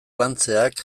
lantzeak